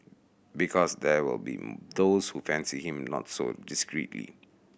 because there will be those who fancy him not so discreetly